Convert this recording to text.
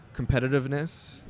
Competitiveness